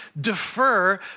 defer